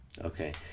okay